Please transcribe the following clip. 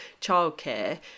childcare